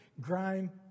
grime